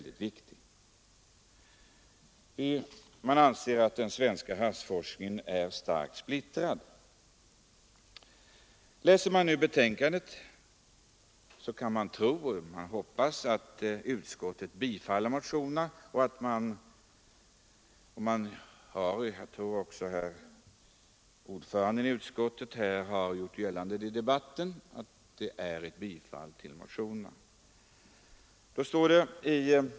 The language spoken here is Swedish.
Det anses att den svenska havsforskningen är starkt splittrad. När man läser betänkandet kan man få förhoppningen att utskottet tillstyrker dessa motioner. Jag tror också att utskottets ordförande i debatten har gjort gällande att så är fallet.